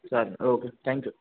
चालेल okay thank you